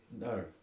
No